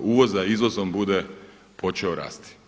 uvoza izvozom bude počeo rasti.